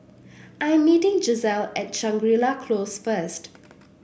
I am meeting Giselle at Shangri La Close first